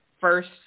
first